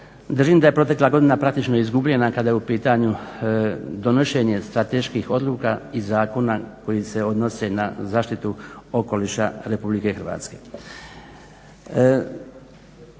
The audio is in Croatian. Držim, da je protekla godina praktično izgubljena kada je u pitanju donošenje strateških odluka i zakona koji se odnose na zaštitu okoliša Republike Hrvatske.